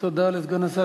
תודה לסגן השר.